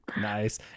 Nice